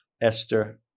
Esther